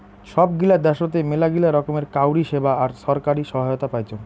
সব গিলা দ্যাশোতে মেলাগিলা রকমের কাউরী সেবা আর ছরকারি সহায়তা পাইচুং